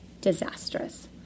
disastrous